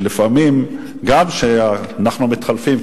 שלפעמים גם כשאנחנו מתחלפים,